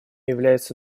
является